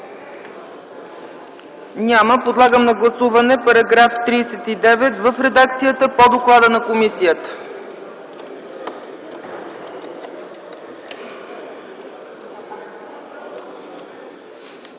Няма. Подлагам на гласуване § 1 в редакцията по доклада на комисията.